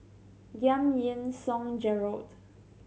Giam Yean Song Gerald